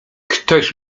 ktoś